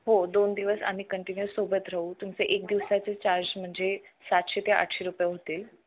हो दोन दिवस आम्ही कंटिन्यूअससोबत राहू तुमचे एक दिवसाचे चार्ज म्हणजे सातशे ते आठशे रुपये होतील